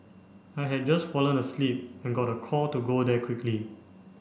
I had just fallen asleep and got a call to go there quickly